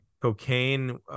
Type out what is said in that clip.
cocaine